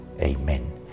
amen